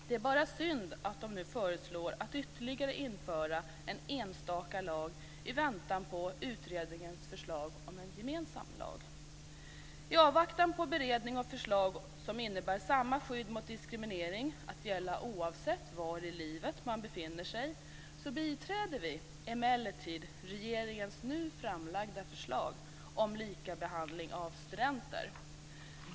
Det är bara synd att de nu föreslår att ytterligare en enstaka lag ska införas, i väntan på utredningens förslag om en gemensam lag. I avvaktan på beredning och förslag som innebär samma skydd mot diskriminering att gälla oavsett var i livet man befinner sig, biträder vi emellertid regeringens nu framlagda förslag om lika behandling av studenter.